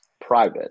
private